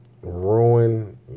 ruin